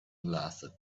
laughed